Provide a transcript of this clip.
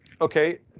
okay